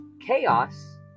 chaos